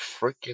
freaking